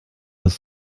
ist